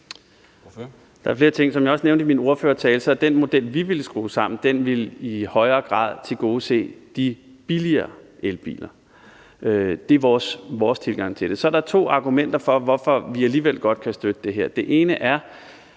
Der er flere ting. Som jeg også nævnte i min ordførertale, ville den model, vi ville skrue sammen, i højere grad tilgodese de billigere elbiler. Det er vores tilgang til det. Så er der to argumenter for, hvorfor vi alligevel godt kan støtte det her. Det ene er,